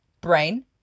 brain